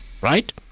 right